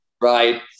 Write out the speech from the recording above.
right